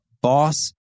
boss